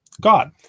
God